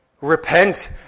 repent